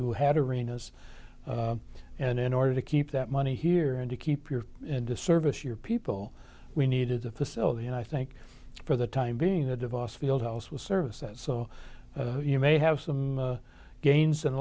who had arenas and in order to keep that money here and to keep your and to service your people we needed the facility and i think for the time being the device field house was service so you may have some gains and